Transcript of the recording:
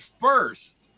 first